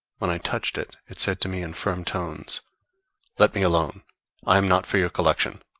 when i touched it, it said to me in firm tones let me alone i am not for your collection,